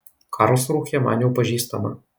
karlsrūhė man jau pažįstama